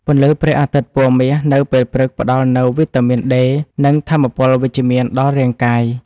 ពន្លឺព្រះអាទិត្យពណ៌មាសនៅពេលព្រឹក ផ្តល់នូវវីតាមីនដេ និងថាមពលវិជ្ជមានដល់រាងកាយ។